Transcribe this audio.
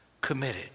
Committed